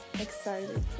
excited